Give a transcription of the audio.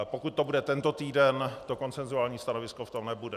Pokud to bude tento týden, to konsenzuální stanovisko v tom nebude.